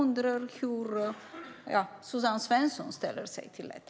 Hur ställer sig Suzanne Svensson till detta?